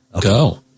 Go